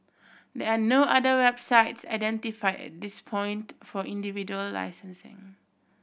there are no other websites identify at this point for individual licensing